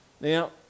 Now